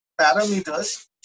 parameters